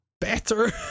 better